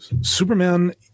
Superman